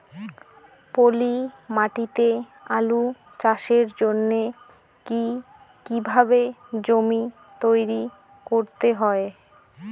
পলি মাটি তে আলু চাষের জন্যে কি কিভাবে জমি তৈরি করতে হয়?